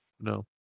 no